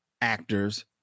actors